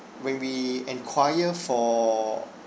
when we enquire for